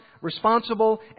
responsible